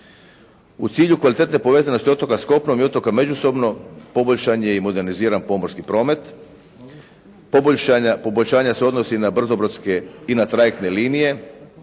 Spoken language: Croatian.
U cilju kvalitetne povezanosti otoka s kopnom i otoka međusobno poboljšan je i moderniziran pomorski promet. Poboljšanja se odnose na brzobrodske i na trajekte linije